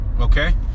Okay